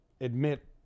admit